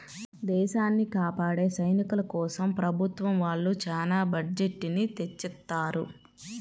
దేశాన్ని కాపాడే సైనికుల కోసం ప్రభుత్వం వాళ్ళు చానా బడ్జెట్ ని తెచ్చిత్తారు